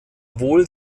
wohl